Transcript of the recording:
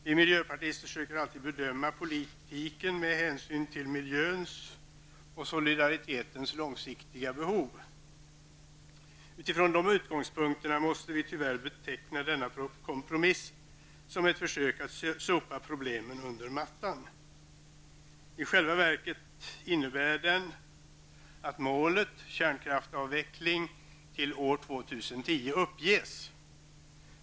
Vi miljöpartister söker alltid bedöma politiken med hänsyn till miljöns och solidaritetens långsiktiga behov. Utifrån de utgångspunkterna måste vi tyvärr beteckna denna kompromiss som ett försök att sopa problemen under mattan. I själva verket innebär den att målet, kärnkraftsavveckling till år 2010, uppges.